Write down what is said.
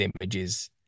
images